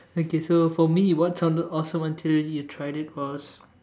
okay so for me what sounded awesome until you tried it was